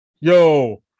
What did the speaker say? Yo